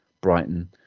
Brighton